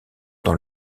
dans